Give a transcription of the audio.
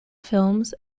films